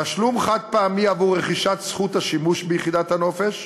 תשלום חד-פעמי עבור רכישת זכות השימוש ביחידת הנופש,